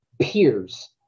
peers